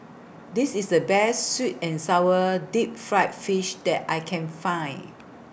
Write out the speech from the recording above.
This IS The Best Sweet and Sour Deep Fried Fish that I Can Find